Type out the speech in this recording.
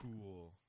cool